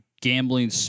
gambling